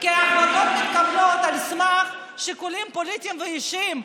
כי החלטות מתקבלות על סמך שיקולים פוליטיים ואישיים,